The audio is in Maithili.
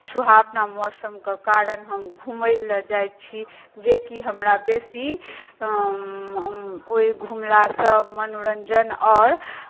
सुभावना मौसमके कारण हम घूमय लेल जाइत छी जेकि हमरा बेसी ओहि घुमलासँ मनोरञ्जन आओर